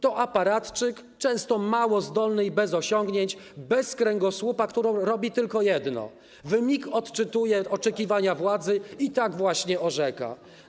To aparatczyk, często mało zdolny i bez osiągnięć, bez kręgosłupa, którą robi tylko jedno: w mig odczytuje oczekiwania władzy i tak właśnie orzeka.